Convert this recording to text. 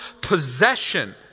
possession